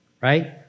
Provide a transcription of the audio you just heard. Right